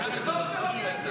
צבע עור זה לא גזע.